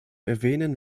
erwähnen